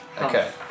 Okay